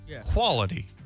quality